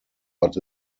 but